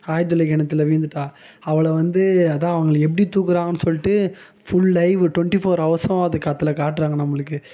ஆழ்துளை கிணத்துல விழுந்துட்டால் அவளை வந்து அதான் அவங்களை எப்படி தூக்குறாங்கனு சொல்லிட்டு ஃபுல் லைவு டுவெண்டி ஃபோர் அவர்ஸும் அதை அதில் காட்டுறாங்க நம்மளுக்கு